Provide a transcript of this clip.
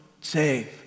save